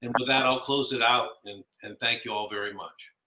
and with that i'll close it out and and thank you all very much.